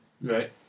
Right